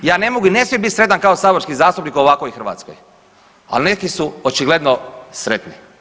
Ja ne mogu i ne smijem bit sretan kao saborski zastupnik u ovakvoj Hrvatskoj, al neki su očigledno sretni.